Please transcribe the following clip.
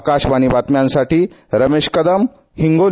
आकाशवाणी बातम्यांसाठी रमेश कदम हिंगोली